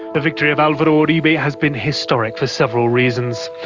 the victory of um but ah uribe has been historic for several reasons.